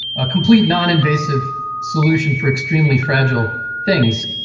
a complete non-invasive solution for extremely fragile things.